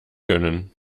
gönnen